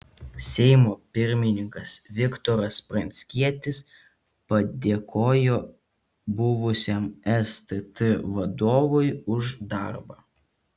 seimo pirmininkas viktoras pranckietis padėkojo buvusiam stt vadovui už darbą